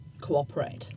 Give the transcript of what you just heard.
cooperate